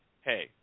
hey